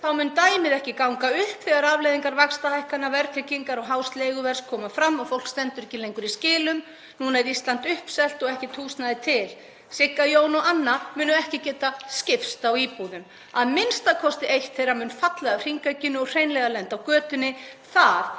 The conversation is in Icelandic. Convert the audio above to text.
mun dæmið ekki ganga upp þegar afleiðingar vaxtahækkana, verðtryggingar og hás leiguverðs koma fram og fólk stendur ekki lengur í skilum. Núna er Ísland uppselt og ekkert húsnæði til. Sigga, Jón og Anna munu ekki geta skipst á íbúðum, (Forseti hringir.) a.m.k. eitt þeirra mun falla af hringekjunni og hreinlega lenda á götunni. Það